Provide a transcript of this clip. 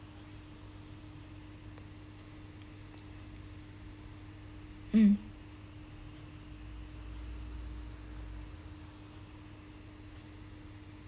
mm